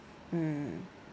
mm